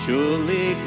Surely